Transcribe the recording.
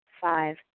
Five